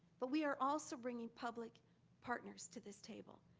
but we are also bringing public partners to this table.